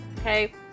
Okay